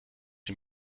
sie